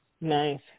Nice